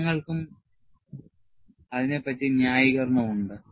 താങ്കൾക്കും ഇതിന് ന്യായീകരണം ഉണ്ട്